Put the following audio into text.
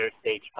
stage